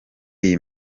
iyi